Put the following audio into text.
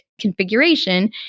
configuration